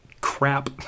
crap